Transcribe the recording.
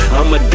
I'ma